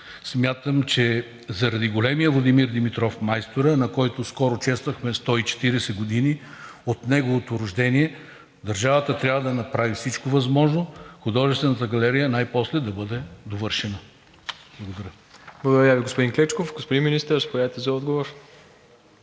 Смятам, че заради големия Владимир Димитров – Майстора, на когото скоро чествахме 140 години от неговото рождение, държавата трябва да направи всичко възможно художествената галерия най-после да бъде довършена. Благодаря. ПРЕДСЕДАТЕЛ МИРОСЛАВ ИВАНОВ: Благодаря Ви, господин Клечков. Господин Министър, заповядайте за отговор.